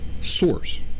source